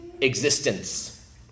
existence